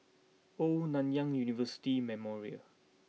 Old Nanyang University Memorial